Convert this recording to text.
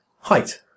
Height